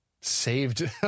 saved